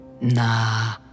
Nah